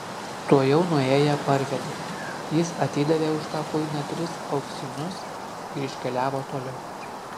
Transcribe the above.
tuojau nuėję parvedė jis atidavė už tą kuiną tris auksinus ir iškeliavo toliau